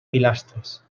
pilastres